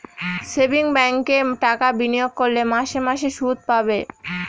savings ব্যাঙ্কে টাকা বিনিয়োগ করলে মাসে মাসে শুদ পাবে